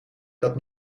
dat